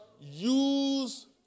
use